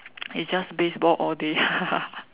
it's just baseball all day